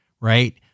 right